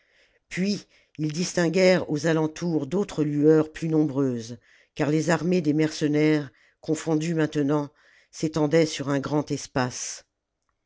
puis ils distinguèrent aux alentours d'autres lueurs plus nombreuses car les armées des mercenaires confondues maintenant s'étendaient sur un grand espace